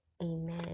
amen